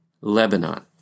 Lebanon